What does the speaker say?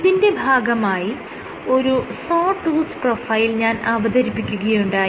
ഇതിന്റെ ഭാഗമായി ഒരു സോ ടൂത് പ്രൊഫൈൽ ഞാൻ അവതരിപ്പിക്കുകയുണ്ടായി